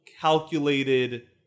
calculated